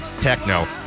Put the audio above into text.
techno